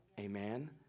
Amen